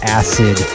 acid